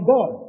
God